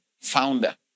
founder